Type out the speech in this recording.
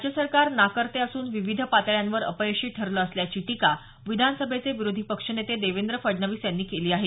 राज्य सरकार नाकर्ते असून विविध पातळ्यांवर अपयशी ठरलं असल्याची टीका विधानसभेचे विरोधी पक्षनेते देवेंद्र फडणवीस यांनी केली आहे